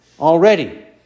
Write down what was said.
already